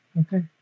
Okay